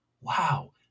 Wow